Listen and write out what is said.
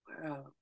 Wow